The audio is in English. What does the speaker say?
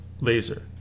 laser